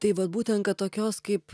tai vat būtent tokios kaip